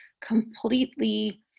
completely